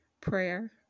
prayer